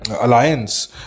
alliance